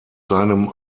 seinem